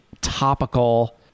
topical